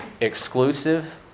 exclusive